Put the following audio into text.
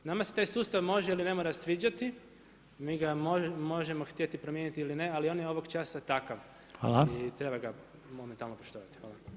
Nama se taj sustav može ili ne mora sviđati, mi ga možemo htjeti promijeniti ili ne, ali on je ovog časa takav i treba ga momentalno